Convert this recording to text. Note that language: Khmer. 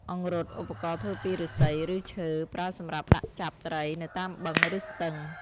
អង្រុត ឧបករណ៍ធ្វើពីឫស្សី ឬឈើ ប្រើសម្រាប់ដាក់ចាប់ត្រីនៅតាមបឹង ឬស្ទឹង។